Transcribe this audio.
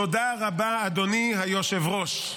תודה רבה, אדוני היושב-ראש.